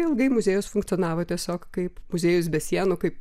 ilgai muziejus funkcionavo tiesiog kaip muziejus be sienų kaip